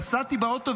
נסעתי באוטו,